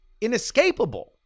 inescapable